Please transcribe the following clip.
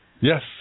Yes